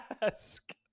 ask